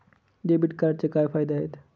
Debit कार्डचे काय फायदे आहेत?